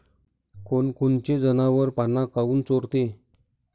कोनकोनचे जनावरं पाना काऊन चोरते?